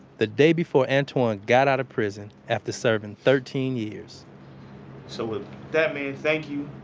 the day before antwan got out of prison after serving thirteen years so with that, man, thank you,